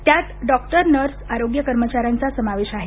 त्यात doctor nurse आरोग्य कर्मचाऱ्यांचा समावेश आहे